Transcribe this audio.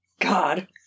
God